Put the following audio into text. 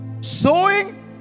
Sowing